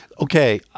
okay